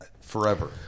forever